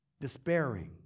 despairing